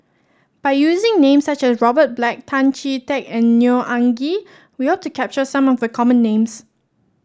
by using names such as Robert Black Tan Chee Teck and Neo Anngee we hope to capture some of the common names